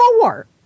four